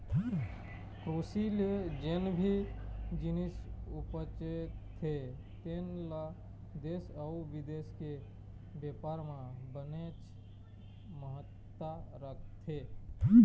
कृषि ले जेन भी जिनिस उपजथे तेन ल देश अउ बिदेश के बेपार म बनेच महत्ता रखथे